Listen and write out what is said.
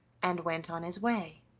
and went on his way.